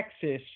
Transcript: Texas